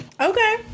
Okay